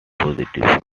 positive